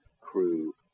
crew